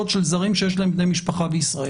של זרים שיש להם בני משפחה בישראל.